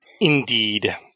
indeed